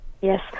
Yes